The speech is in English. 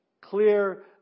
Clear